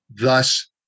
Thus